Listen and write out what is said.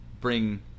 bring